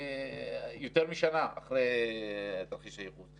יותר משנה אחרי תרחיש הייחוס.